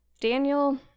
daniel